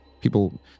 people